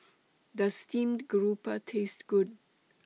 Does Steamed Garoupa Taste Good